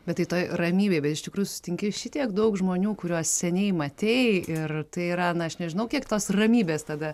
bet tai toj ramybėj bet iš tikrųjų susitinki šitiek daug žmonių kuriuos seniai matei ir tai yra na aš nežinau kiek tos ramybės tada